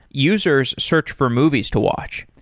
users search for movies to watch.